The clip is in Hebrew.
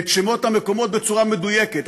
את שמות המקומות בצורה מדויקת,